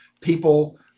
people